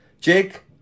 Jake